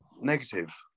negative